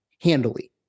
handily